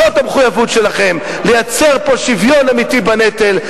זאת המחויבות שלכם, לייצר פה שוויון אמיתי בנטל.